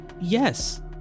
Yes